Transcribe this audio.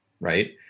right